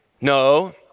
No